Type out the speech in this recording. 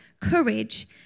courage